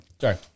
sorry